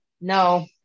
No